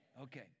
okay